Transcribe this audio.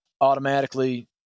automatically